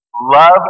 love